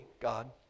God